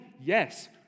Yes